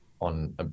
on